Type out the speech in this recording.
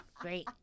Great